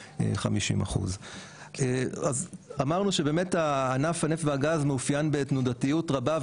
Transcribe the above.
50%. אמרנו שבאמת ענף הנפט והגז מאופיין בתנודתיות רבה,